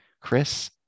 Chris